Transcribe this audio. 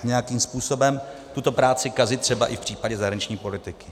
Nějakým způsobem tuto práci kazit třeba i v případě zahraniční politiky.